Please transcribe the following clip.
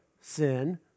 sin